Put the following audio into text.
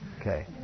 Okay